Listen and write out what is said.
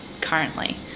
currently